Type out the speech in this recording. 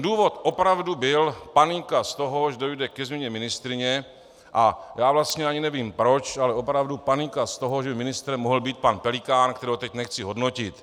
Důvod opravdu byl panika z toho, že dojde ke změně ministryně, a já vlastně ani nevím proč, ale opravdu panika z toho, že ministrem mohl být pan Pelikán, kterého teď nechci hodnotit.